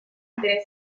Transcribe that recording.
tres